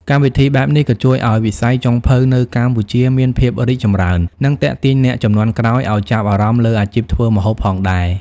កម្មវិធីបែបនេះក៏ជួយឲ្យវិស័យចុងភៅនៅកម្ពុជាមានភាពរីកចម្រើន និងទាក់ទាញអ្នកជំនាន់ក្រោយឲ្យចាប់អារម្មណ៍លើអាជីពធ្វើម្ហូបផងដែរ។